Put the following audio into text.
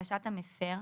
לבקשת המפר,